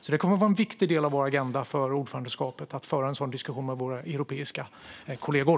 Det kommer att vara en viktig del av vår agenda för ordförandeskapet att föra en sådan diskussion med våra europeiska kollegor.